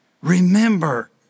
remember